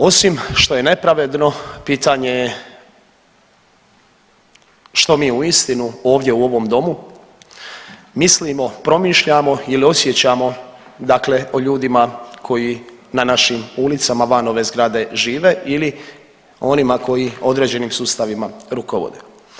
Osim što je nepravedno pitanje je što mi uistinu ovdje u ovom domu mislimo, promišljamo ili osjećamo dakle o ljudima koji na našim ulicama van ove zgrade žive ili onima koji određenim sustavima rukovode.